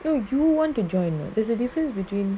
so do you want to join or not there's a difference between